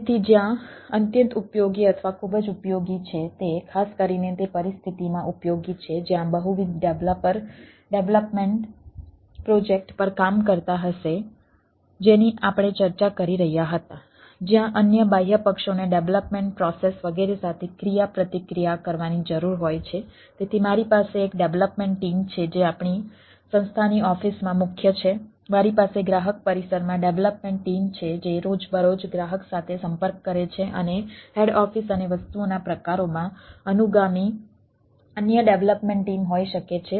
તેથી જ્યાં અત્યંત ઉપયોગી અથવા ખૂબ જ ઉપયોગી છે તે ખાસ કરીને તે પરિસ્થિતિમાં ઉપયોગી છે જ્યાં બહુવિધ ડેવલપર ડેવલપમેન્ટ પ્રોજેક્ટ ઓફિસ અને વસ્તુઓના પ્રકારોમાં અનુગામી અન્ય ડેવલપમેન્ટ ટીમ હોઈ શકે છે